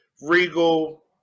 regal